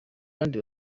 bandi